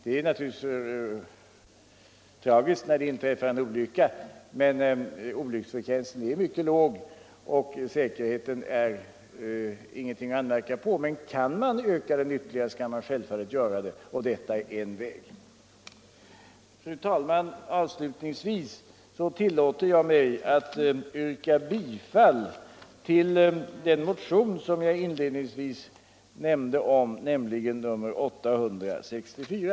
Det är naturligtvis tragiskt när det inträffar en olycka, men olycksfrekvensen är låg och säkerheten är ingenting att anmärka på. Men kan man öka den ytterligare skall man självfallet göra det, och detta är en väg. Fru talman! Jag tillåter mig yrka bifall till den motion som jag inledningsvis nämnde, nämligen motionen 864.